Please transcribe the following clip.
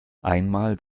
einmal